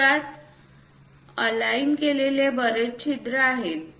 वर्तुळात अलाईन केलेले बरेच छिद्र आहेत